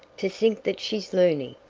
to think that she's looney!